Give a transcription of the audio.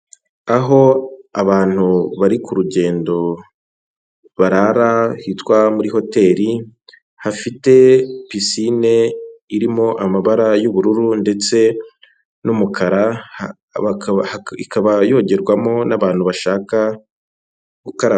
Aho abantu bari ku rugendo barara hitwa muri hoteli hafite pisine irimo amabara y'ubururu ndetse n'umukara, ikaba yogerwamo n'abantu bashaka gukaraba.